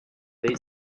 they